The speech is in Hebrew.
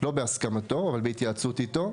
לא בהסכמתו, אבל בהתייעצות איתו,